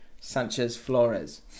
Sanchez-Flores